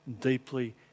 deeply